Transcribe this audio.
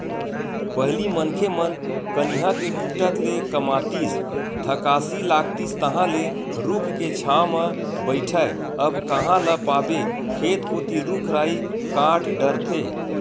पहिली मनखे मन कनिहा के टूटत ले कमातिस थकासी लागतिस तहांले रूख के छांव म बइठय अब कांहा ल पाबे खेत कोती रुख राई कांट डरथे